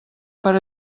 per